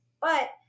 But-